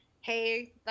hey